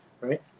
right